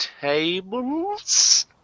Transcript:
tables